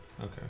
Okay